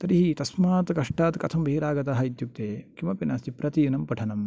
तर्हि तस्मात् कष्टात् कथं बहिरागतः इत्युक्ते किमपि नास्ति प्रतिदिनं पठनं